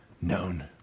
known